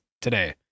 today